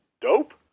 dope